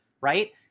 right